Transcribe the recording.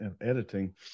editing